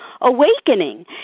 awakening